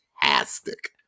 fantastic